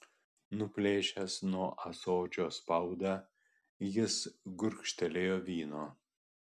nuplėšęs nuo ąsočio spaudą jis gurkštelėjo vyno